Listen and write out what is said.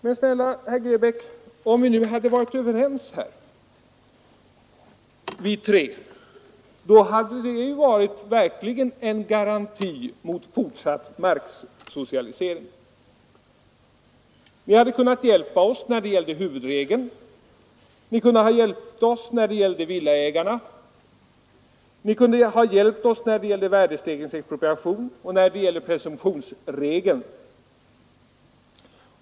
Men snälla herr Grebäck, om vi tre nu hade varit överens här, då hade det ju verkligen utgjort en garanti mot fortsatt marksocialisering. Ni hade kunnat hjälpa oss när det gäller huvudregeln, när det gäller villaägarskyddet, när det gäller värdestegringsexpropriation och när det gäller presumtionsregeln.